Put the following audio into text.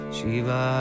Shiva